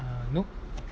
uh no